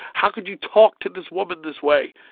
how could you talk to this woman this way?